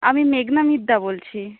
আমি মেঘনা মিদ্দা বলছি